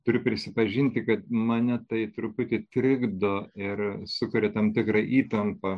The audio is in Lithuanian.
turiu prisipažinti kad mane tai truputį trikdo ir sukuria tam tikrą įtampą